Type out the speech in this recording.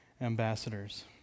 ambassadors